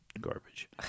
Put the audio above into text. garbage